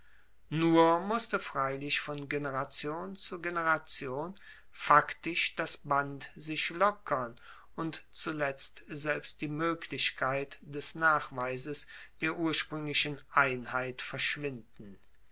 nur musste freilich von generation zu generation faktisch das band sich lockern und zuletzt selbst die moeglichkeit des nachweises der urspruenglichen einheit verschwinden